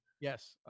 Yes